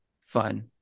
fun